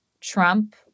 Trump